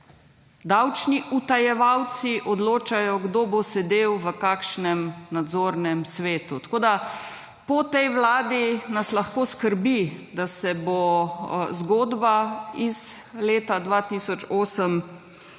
Davčni utajevalci odločajo kdo bo sedel v kakšnem nadzornem svetu. Tako da po tej vladi nas lahko skrbi, da se bo zgodba iz leta 2008 ponovila.